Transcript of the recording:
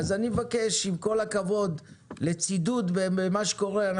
אז אני מבקש עם כל הכבוד לצידוד במה שקורה,